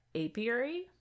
apiary